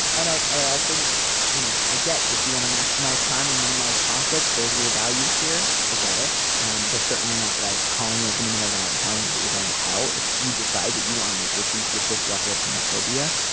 and i i also know i get if you want to maximize time and minimize conflicts. those are your values here. i get it. and they're certainly not like calling you up in the middle of the night and telling you that you're going to hell if you decide that you want to make your peace with this level of homophobia.